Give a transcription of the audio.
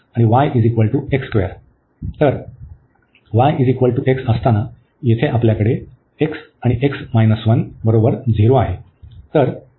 तर y x आपण ठेवले तर येथे आपल्याकडे x आणि बरोबर 0 आहे